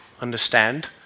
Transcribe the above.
understand